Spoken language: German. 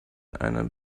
einen